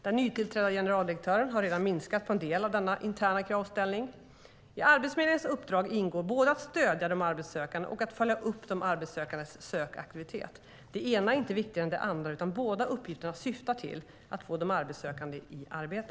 Den nytillträdda generaldirektören har redan minskat på en del av denna interna kravställning. I Arbetsförmedlingens uppdrag ingår både att stödja de arbetssökande och att följa upp de arbetssökandes sökaktivitet. Det ena är inte viktigare än det andra, utan båda uppgifterna syftar till att få de arbetssökande i arbete.